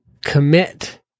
Commit